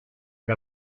per